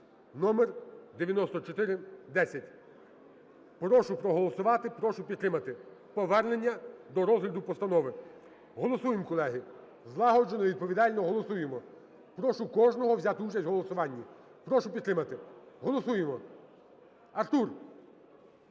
(№ 9410). Прошу проголосувати, прошу підтримати повернення до розгляду постанови. Голосуємо, колеги! Злагоджено, відповідально голосуємо. Прошу кожного взяти участь у голосуванні. Прошу підтримати. Голосуємо! Артур!